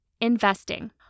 Investing